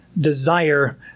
desire